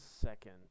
second